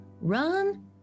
Run